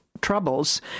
troubles